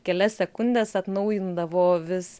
kelias sekundes atnaujindavo vis